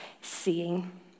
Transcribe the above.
seeing